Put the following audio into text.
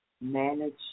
manage